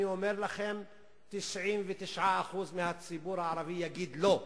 אני אומר לכם ש-99% מהציבור הערבי יגידו: לא,